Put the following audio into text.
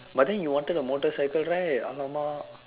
but then you wanted a motorcycle right !Alamak!